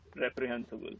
reprehensible